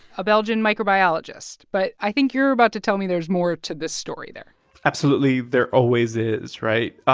a belgian microbiologist. but i think you're about to tell me there's more to this story there absolutely. there always is, right?